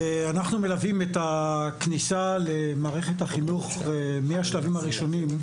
אנחנו מלווים את הכניסה למערכת החינוך מהשלבים הראשונים,